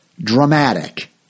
dramatic